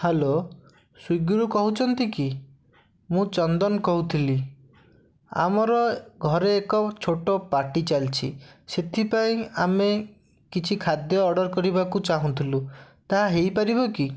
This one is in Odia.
ହ୍ୟାଲୋ ସ୍ଵିଗୀରୁ କହୁଛନ୍ତି କି ମୁଁ ଚନ୍ଦନ କହୁଥିଲି ଆମର ଘରେ ଏକ ଛୋଟ ପାର୍ଟି ଚାଲିଛି ସେଥିପାଇଁ ଆମେ କିଛି ଖାଦ୍ୟ ଅର୍ଡ଼ର୍ କରିବାକୁ ଚାହୁଁଥିଲୁ ତାହା ହେଇପାରିବ କି